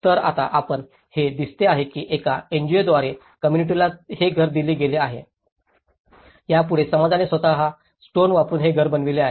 तर आता आपणास हे दिसते आहे की एका एनजीओद्वारे कोम्मुनिटीला हे घर दिले गेले आहे त्यापुढील समाजाने स्वत स्टोन वापरुन हे घर बनविले आहे